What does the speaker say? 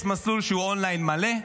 יש מסלול שהוא און-ליין מלא,